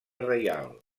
reial